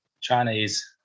Chinese